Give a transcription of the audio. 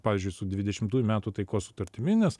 pavyzdžiui su dvidešimtųjų metų taikos sutartimi nes